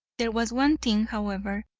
there was one thing, however,